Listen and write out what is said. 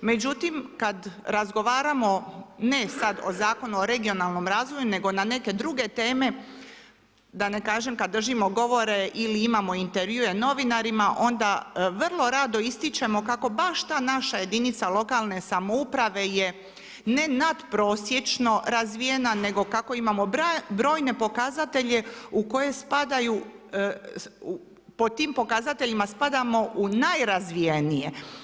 Međutim, kad razgovaramo ne sad o Zakonu o regionalnom razvoju nego na neke druge teme, da ne kažem kad držimo govore ili imamo intervjue novinarima, onda vrlo rado ističimo kako baš ta naša jedinica lokalne samouprave je ne nad prosječno razvijena, nego kako imamo brojne pokazatelje u koje spadaju, po tim pokazateljima spadamo u najrazvijenije.